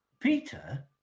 Peter